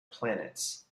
planets